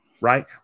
right